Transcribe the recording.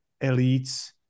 elites